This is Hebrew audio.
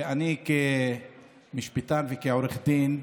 ואני כמשפטן וכעורך דין,